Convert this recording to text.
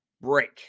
break